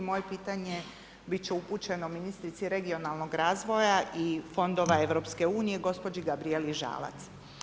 Moje pitanje pitanje biti će upućen ministrici regionalnog razvoja i fondova EU, gospođi Gabrijeli Žalac.